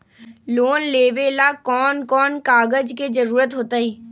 Loan लेवेला कौन कौन कागज के जरूरत होतई?